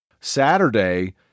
Saturday